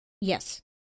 Yes